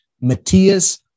Matthias